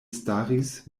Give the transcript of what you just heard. staris